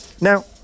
Now